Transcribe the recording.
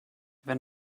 wenn